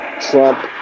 Trump